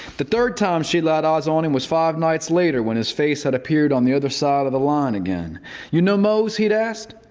the third time she'd laid eyes on him was five nights later when his face had appeared on the other side of the line. you know mose? he'd asked.